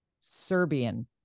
Serbian